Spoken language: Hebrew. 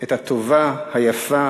את הטובה, היפה